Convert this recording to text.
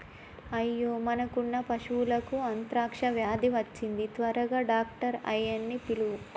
అయ్యో మనకున్న పశువులకు అంత్రాక్ష వ్యాధి వచ్చింది త్వరగా డాక్టర్ ఆయ్యన్నీ పిలువు